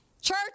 Church